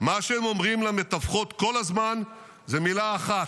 מה שהם אומרים למתווכות כל הזמן זה מילה אחת: